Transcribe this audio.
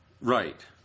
Right